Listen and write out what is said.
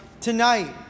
tonight